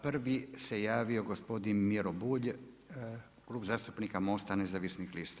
Prvi se javio gospodin Miro Bulj Klub zastupnika MOST-a nezavisnih lista.